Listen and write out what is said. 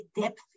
depth